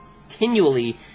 continually